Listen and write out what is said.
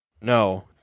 No